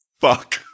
fuck